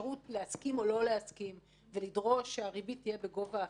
אפשרות להסכים או לא להסכים ולדרוש שהריבית תהיה בגובה אחר,